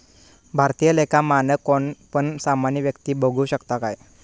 भारतीय लेखा मानक कोण पण सामान्य व्यक्ती बघु शकता काय?